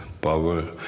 power